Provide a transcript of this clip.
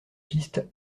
piste